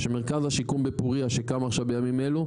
שמרכז השיקום בפורייה שקם עכשיו בימים אלו,